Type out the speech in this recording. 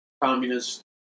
communist